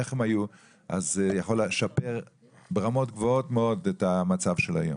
איך הם היו זה יכול לשפר ברמות גבוהות מאוד את המצב של היום.